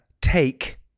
take